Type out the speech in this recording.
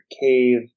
cave